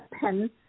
pen